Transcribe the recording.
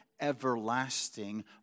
everlasting